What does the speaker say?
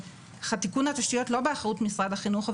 תיקון התשתיות לא באחריות משרד החינוך,